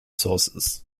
sources